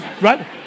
right